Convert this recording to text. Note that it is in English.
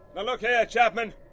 now look here, yeah chapman.